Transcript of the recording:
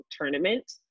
tournament